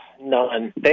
None